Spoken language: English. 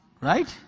right